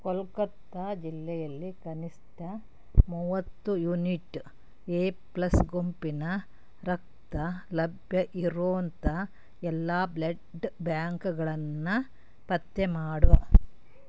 ಕೊಲ್ಕತ್ತಾ ಜಿಲ್ಲೆಯಲ್ಲಿ ಕನಿಷ್ಠ ಮೂವತ್ತು ಯೂನಿಟ್ ಎ ಪ್ಲಸ್ ಗುಂಪಿನ ರಕ್ತ ಲಭ್ಯ ಇರೋಂಥ ಎಲ್ಲ ಬ್ಲಡ್ ಬ್ಯಾಂಕ್ಗಳನ್ನು ಪತ್ತೆ ಮಾಡು